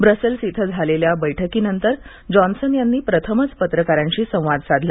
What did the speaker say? ब्रसल्सि इथं झालल्खि बैठकीनंतर जॉन्सन यांनी प्रथमच पत्रकारांशी संवाद साधला